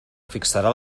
fixarà